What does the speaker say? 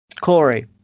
Corey